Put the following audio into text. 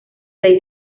rey